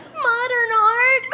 modern art?